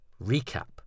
recap